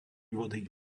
vody